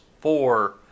four